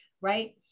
right